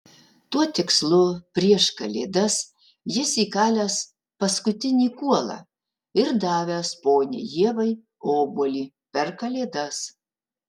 tuo tikslu prieš kalėdas jis įkalęs paskutinį kuolą ir davęs poniai ievai obuolį per kalėdas